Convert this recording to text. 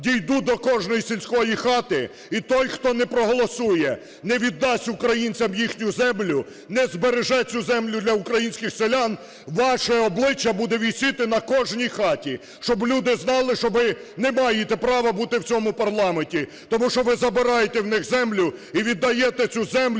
дійду до кожної сільської хати, і той, хто не проголосує, не віддасть українцям їхню землю, не збереже цю землю для українських селян, ваше обличчя буде висіти на кожній хаті, щоб люди знали, що ви не маєте права бути в цьому парламенті. Тому що ви забираєте у них землю і віддаєте цю землю